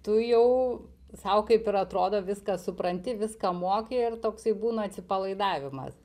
tu jau sau kaip ir atrodo viską supranti viską moki ir toksai būna atsipalaidavimas